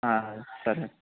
సరే